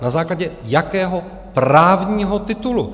Na základě jakého právního titulu?